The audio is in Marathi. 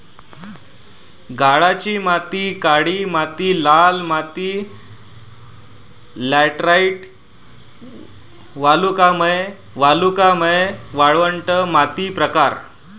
गाळाची माती काळी माती लाल माती लॅटराइट वालुकामय वालुकामय वाळवंट माती प्रकार